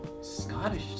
Scottish